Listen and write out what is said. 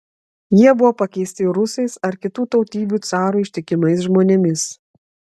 jie buvo pakeisti rusais ar kitų tautybių carui ištikimais žmonėmis